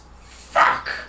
FUCK